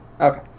Okay